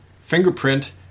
fingerprint